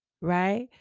right